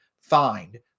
find